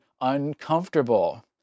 uncomfortable